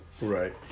Right